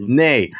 nay